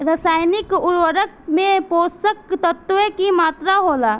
रसायनिक उर्वरक में पोषक तत्व की मात्रा होला?